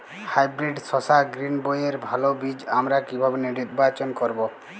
Hybrid শসা গ্রীনবইয়ের ভালো বীজ আমরা কিভাবে নির্বাচন করব?